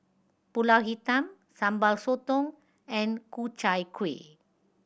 Pulut Hitam Sambal Sotong and Ku Chai Kueh